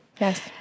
Yes